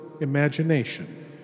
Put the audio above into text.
imagination